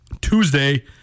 Tuesday